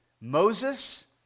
Moses